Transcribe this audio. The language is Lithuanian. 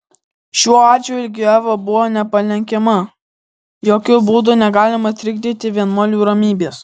šiuo atžvilgiu eva buvo nepalenkiama jokiu būdu negalima trikdyti vienuolių ramybės